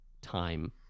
time